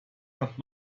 hat